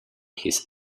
his